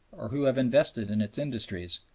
or who have invested in its industries,